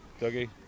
Dougie